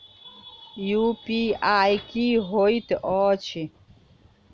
UPI की होइत अछि